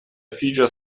figure